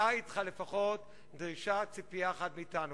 שא אתך לפחות דרישה, ציפייה אחת מאתנו: